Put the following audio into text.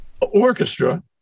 orchestra